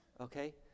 Okay